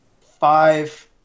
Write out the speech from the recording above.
Five